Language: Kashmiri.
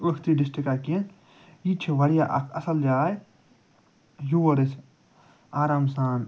أکھۍ تٕے ڈِسٹِرٛکا کیٚنٛہہ یہِ تہِ چھِ واریاہ اَکھ اصٕل جاے یور أسۍ آرام سان